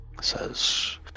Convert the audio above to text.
says